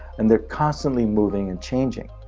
and they're constantly moving and changing.